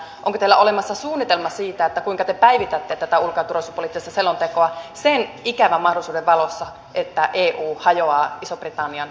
onko teillä olemassa suunnitelma siitä kuinka te päivitätte tätä ulko ja turvallisuuspoliittista selontekoa sen ikävän mahdollisuuden valossa että eu hajoaa ison britannian lähdön myötä